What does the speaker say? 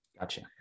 Gotcha